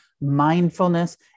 mindfulness